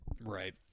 Right